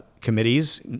committees